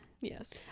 Yes